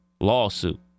lawsuit